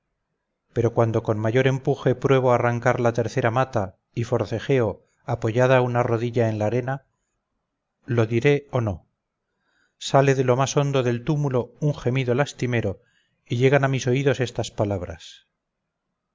pero cuando con mayor empuje pruebo a arrancar la tercera mata y forcejeo apoyada una rodilla en la arena lo diré o no sale de lo más hondo del túmulo un gemido lastimero y llegan a mis oídos estas palabras